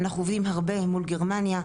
אנחנו עובדים מול גרמניה,